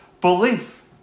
belief